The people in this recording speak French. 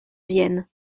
vienne